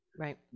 Right